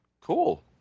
cool